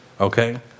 Okay